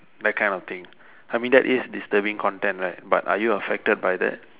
that kind of thing I mean it is disturbing content right but are you affected by that